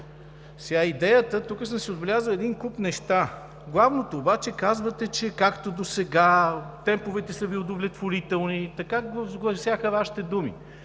тук съм си отбелязал един куп неща, главното обаче – казвате, че, както досега, темповете са Ви удовлетворителни – така гласяха Вашите думи.